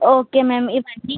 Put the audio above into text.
okay ma'am ఇవన్నీ